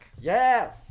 Yes